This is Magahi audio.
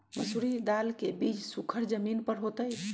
मसूरी दाल के बीज सुखर जमीन पर होतई?